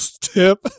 tip